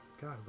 God